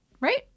Right